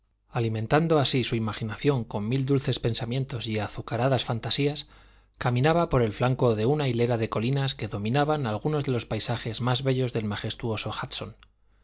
alimentando así su imaginación con mil dulces pensamientos y azucaradas fantasías caminaba por el flanco de una hilera de colinas que dominaban algunos de los paisajes más bellos del majestuoso